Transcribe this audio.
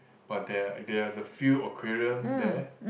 but there're there is a few aquarium there